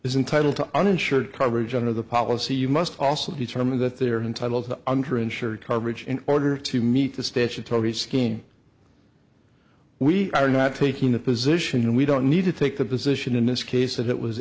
is entitle to uninsured coverage under the policy you must also determine that they are in titles that under insured coverage in order to meet the statutory scheme we are not taking the position we don't need to take a position in this case it was